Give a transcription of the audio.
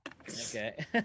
okay